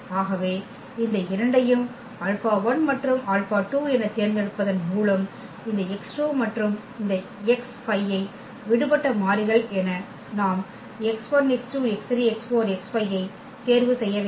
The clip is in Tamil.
ஆகவே இந்த இரண்டையும் 𝛼1 மற்றும் 𝛼2 எனத் தேர்ந்தெடுப்பதன் மூலம் இந்த x2 மற்றும் இந்த x5 ஐ விடுபட்ட மாறிகள் என நாம் ஐ தேர்வு செய்ய வேண்டும்